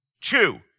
Two